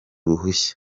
ruhushya